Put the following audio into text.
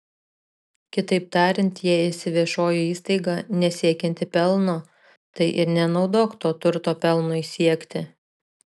kitaip tariant jei esi viešoji įstaiga nesiekianti pelno tai ir nenaudok to turto pelnui siekti